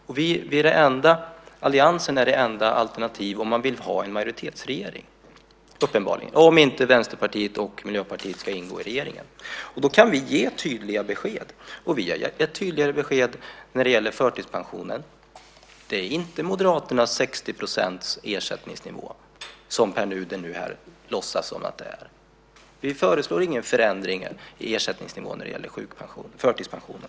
Om inte Vänsterpartiet och Miljöpartiet ska ingå i regeringen är alliansen uppenbarligen det enda alternativet om man vill ha en majoritetsregering. Därför kan vi också ge tydliga besked. Vi har gett tydliga besked om förtidspensionen. Det är inte Moderaternas 60 % ersättningsnivå som gäller, vilket Pär Nuder låtsas att det är. Vi föreslår ingen förändring i ersättningsnivån när det gäller förtidspensionen.